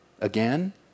again